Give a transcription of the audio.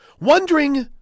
Wondering